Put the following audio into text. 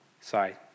sorry